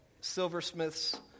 silversmith's